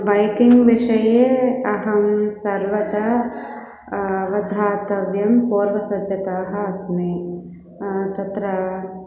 biking विषये अहं सर्वदा अवधातव्यं पौर्वसज्जता अस्मि तत्र